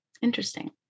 Interesting